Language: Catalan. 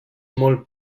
molt